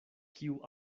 kiu